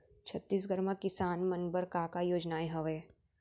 छत्तीसगढ़ म किसान मन बर का का योजनाएं हवय?